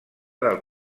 del